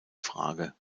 frage